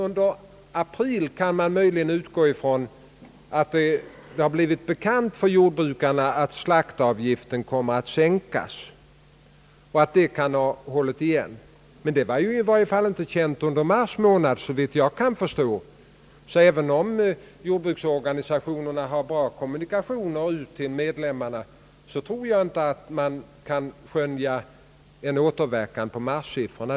Under april kan det ha blivit bekant för jordbrukarna att slaktavgiften kommer att sänkas, vilket kan ha hållit igen, men detta var i varje fall inte känt under mars månad, såvitt jag kan förstå. Även om jordbruksorganisationerna har bra kommunikationer ut till medlemmarna, tror jag inte att det kan ha inverkat på marssiffrorna.